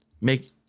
make